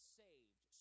saved